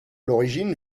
l’origine